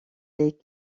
les